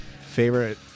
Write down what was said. favorite